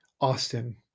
Austin